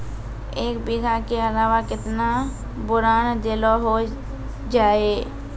एक बीघा के अलावा केतना बोरान देलो हो जाए?